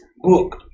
book